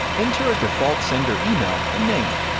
enter a default sender email and name.